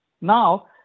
now